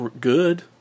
good